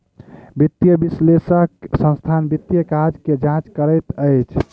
वित्तीय विश्लेषक संस्थानक वित्तीय काज के जांच करैत अछि